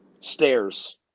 Stairs